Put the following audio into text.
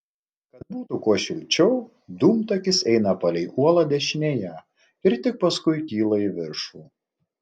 kad būtų kuo šilčiau dūmtakis eina palei uolą dešinėje ir tik paskui kyla į viršų